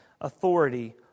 authority